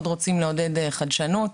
רוצים מאוד לעודד חדשנות.